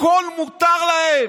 הכול מותר להם.